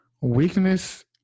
Weakness